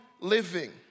living